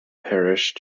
parish